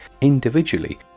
individually